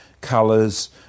colors